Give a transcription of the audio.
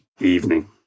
Evening